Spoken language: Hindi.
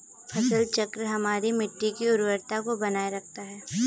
फसल चक्र हमारी मिट्टी की उर्वरता को बनाए रखता है